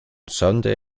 sunday